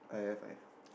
I have I have